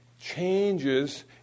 changes